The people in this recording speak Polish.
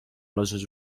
leżeć